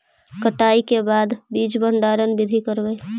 कटाई के बाद बीज भंडारन बीधी करबय?